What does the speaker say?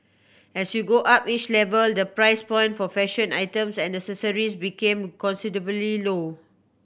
as you go up each level the price point for fashion items and accessories becomes considerably low